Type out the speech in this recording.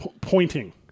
pointing